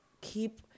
keep